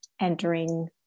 entering